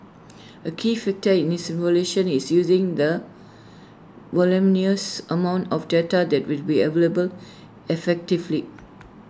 A key factor in this evolution is using the voluminous amount of data that will be available effectively